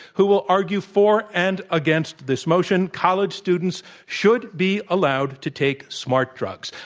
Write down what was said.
who will argue for and against this motion college students should be allowed to take smart drugs.